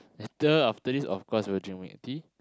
later after this of course we'll drink milk tea